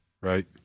Right